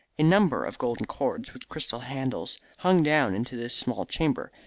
a number of golden cords with crystal handles hung down into this small chamber,